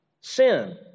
Sin